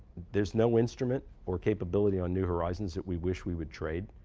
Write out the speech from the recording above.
there's no instrument or capability on new horizons that we wish we would trade,